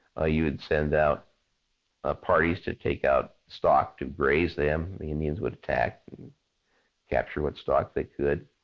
you would send out ah parties to take out stock, to graze them, indians would attack and capture what stock they could.